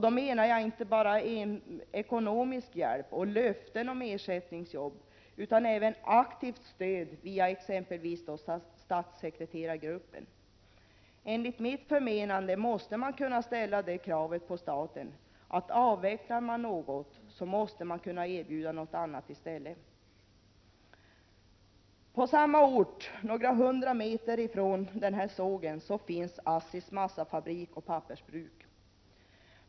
Då menar jag inte enbart ekonomisk hjälp och löften om ersättningsjobb, utan även aktivt stöd via exempelvis statssekreterargruppen. Enligt mitt förmenande måste man kunna ställa det kravet på staten, att avvecklar man något så måste man kunna erbjuda något i stället. På samma ort, några hundra meter från sågen, finns ASSI:s massafabrik och pappersbruk.